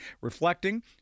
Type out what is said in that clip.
reflecting